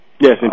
Yes